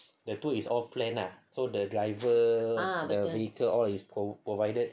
the tour is all planned ah so the driver the vehicle all all is provided